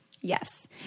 Yes